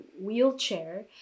wheelchair